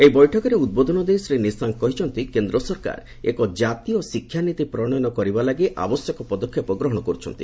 ଏହି ବୈଠକରେ ଉଦ୍ବୋଧନ ଦେଇ ଶ୍ରୀ ନିଶାଙ୍କ କହିଛନ୍ତି କେନ୍ଦ୍ର ସରକାର ଏକ ଜାତୀୟ ଶିକ୍ଷାନୀତି ପ୍ରଶୟନ କରିବା ଲାଗି ଆବଶ୍ୟକ ପଦକ୍ଷେପ ଗ୍ରହଣ କରୁଛନ୍ତି